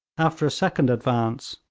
after a second advance,